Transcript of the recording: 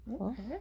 Okay